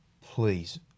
please